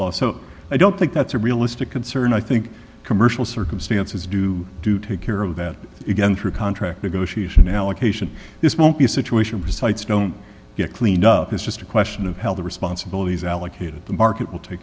law so i don't think that's a realistic concern i think commercial circumstances do to take care of that again through contract negotiation allocation this won't be a situation for sites don't get cleaned up is just a question of how the responsibilities allocated the market will take